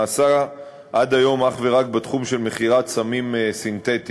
נעשה עד היום אך ורק בתחום של מכירת סמים סינתטיים,